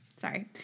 Sorry